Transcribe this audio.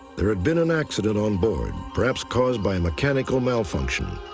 there had been an accident on board, perhaps, caused by a mechanical malfunction.